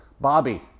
Bobby